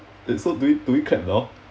eh so do we do we clap now